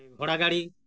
ᱜᱷᱚᱲᱟ ᱜᱟᱹᱰᱤ